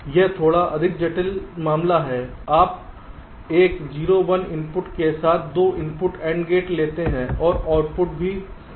यह थोड़ा अधिक जटिल मामला है आप एक 0 1 इनपुट्स के साथ 2 इनपुट AND गेट लेते हैं और आउटपुट 0 है